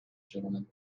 gentlemen